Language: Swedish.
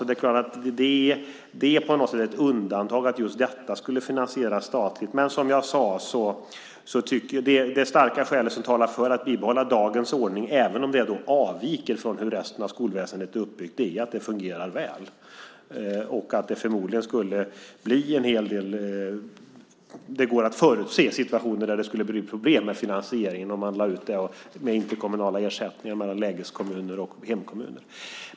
Det är ett undantag att just detta ska finansieras statligt. Men det starka skäl som talar för att bibehålla dagens ordning, även om den avviker från hur resten av skolväsendet är uppbyggt, är att den fungerar väl. Det går att förutse situationer där det skulle bli problem med finansieringen om man lade ut det med interkommunala ersättningar mellan lägeskommuner och hemkommuner.